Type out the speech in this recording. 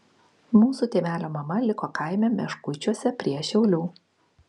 mūsų tėvelio mama liko kaime meškuičiuose prie šiaulių